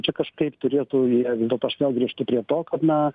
čia kažkaip turėtų jie vis dėlto aš vėl grįžtu prie to kad na